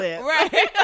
Right